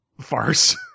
farce